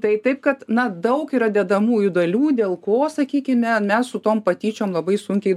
tai taip kad na daug yra dedamųjų dalių dėl ko sakykime mes su tom patyčiom labai sunkiai